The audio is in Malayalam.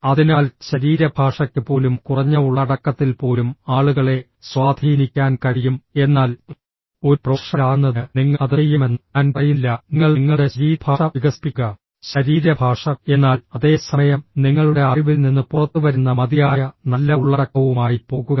അതിനാൽ ശരീരഭാഷയ്ക്ക് പോലും കുറഞ്ഞ ഉള്ളടക്കത്തിൽ പോലും ആളുകളെ സ്വാധീനിക്കാൻ കഴിയും എന്നാൽ ഒരു പ്രൊഫഷണലാകുന്നതിന് നിങ്ങൾ അത് ചെയ്യണമെന്ന് ഞാൻ പറയുന്നില്ല നിങ്ങൾ നിങ്ങളുടെ ശരീരഭാഷ വികസിപ്പിക്കുക ശരീരഭാഷ എന്നാൽ അതേ സമയം നിങ്ങളുടെ അറിവിൽ നിന്ന് പുറത്തുവരുന്ന മതിയായ നല്ല ഉള്ളടക്കവുമായി പോകുക